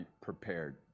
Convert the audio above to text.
prepared